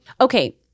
Okay